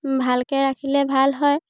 ভালকে ৰাখিলে ভাল হয়